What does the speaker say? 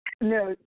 No